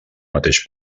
mateix